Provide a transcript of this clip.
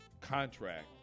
contract